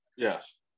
Yes